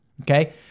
Okay